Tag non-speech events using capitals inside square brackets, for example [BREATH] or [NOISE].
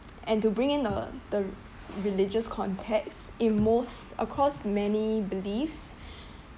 and to bring in uh the religious context in most across many beliefs [BREATH]